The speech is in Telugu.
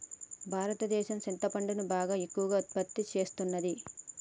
భారతదేసం సింతపండును బాగా ఎక్కువగా ఉత్పత్తి సేస్తున్నది